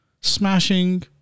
smashing